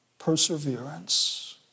perseverance